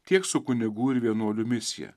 tiek su kunigų ir vienuolių misija